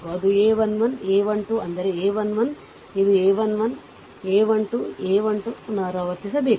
ಅದು a 1 1 a 1 2 ಅಂದರೆ a 1 1 ಇದು a 1 1 a 1 2 a 1 2 ಪುನರಾವರ್ತಿಸಬೇಕು